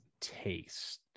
taste